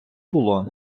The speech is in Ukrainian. було